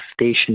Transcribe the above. station